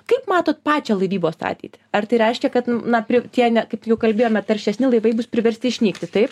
kaip matot pačią laivybos ateitį ar tai reiškia kad na pri tie kaip jau kalbėjome taršesni laivai bus priversti išnykti taip